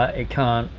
ah it can't,